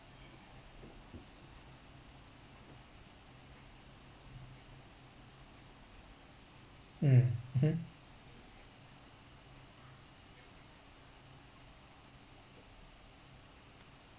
um mmhmm